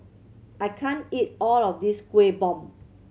I can't eat all of this Kuih Bom